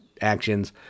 actions